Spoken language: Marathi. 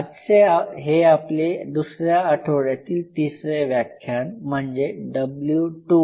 आजचे हे आपले दुसऱ्या आठवड्यातील तिसरे व्याख्यान आहे म्हणजे W2 L3